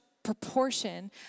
proportion